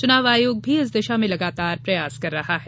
चुनाव आयोग भी इस दिशा में लगातार प्रयास कर रहा है